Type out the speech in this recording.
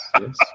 yes